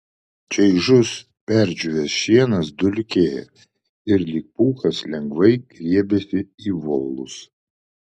čaižus perdžiūvęs šienas dulkėjo ir lyg pūkas lengvai grėbėsi į volus